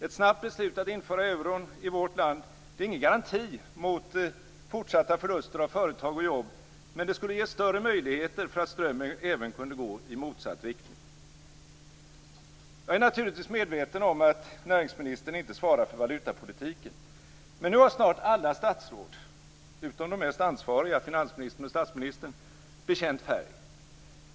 Ett snabbt beslut att införa euron i vårt land är ingen garanti mot fortsatta förluster av företag och jobb, men det skulle ge större möjligheter för att strömmen även kunde gå i motsatt riktning. Jag är naturligtvis medveten om att näringsministern inte svarar för valutapolitiken. Men nu har snart alla statsråd utom de mest ansvariga - finansministern och statsministern - bekänt färg.